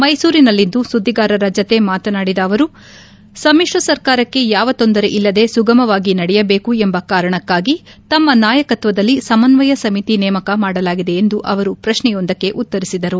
ಮೈಸೂರಿನಲ್ಲಿಂದು ಸುದ್ದಿಗಾರರ ಜೊತೆ ಮಾತನಾಡಿದ ಅವರು ಸಮ್ಮಿಶ್ರ ಸರ್ಕಾರಕ್ಕೆ ಯಾವ ತೊಂದರೆಯಿಲ್ಲದೆ ಸುಗಮವಾಗಿ ನಡೆಯಬೇಕು ಎಂಬ ಕಾರಣಕ್ಕಾಗಿ ತಮ್ಮ ನಾಯಕತ್ವದಲ್ಲಿ ಸಮಿತಿ ನೇಮಕ ಮಾಡಲಾಗಿದೆ ಎಂದು ಅವರು ಪ್ರಶ್ನೆಯೊಂದಕ್ಕೆ ಸಮನ್ನಯ ಉತ್ತರಿಸಿದರು